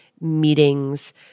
meetings